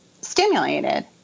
stimulated